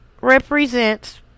Represents